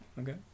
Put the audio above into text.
Okay